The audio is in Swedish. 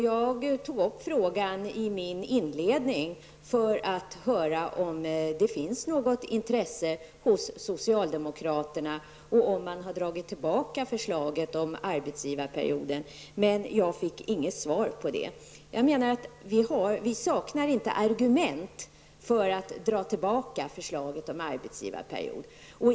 Jag tog upp frågan i min inledning för att höra om det finns något intresse för det hos socialdemokraterna och om man har dragit tillbaka förslaget om arbetsgivarperioden. Jag fick inget svar på det. Jag menar att vi inte saknar argument för att dra tillbaka förslaget om arbetsgivarperiod.